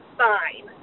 fine